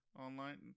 online